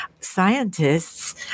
scientists